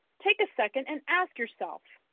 take a second and ask yourself,